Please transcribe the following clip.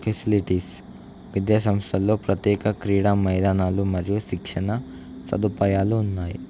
facilities విద్యాసంస్థల్లో ప్రత్యేక క్రీడా మైదానాలు మరియు శిక్షణ సదుపాయాలు ఉన్నాయి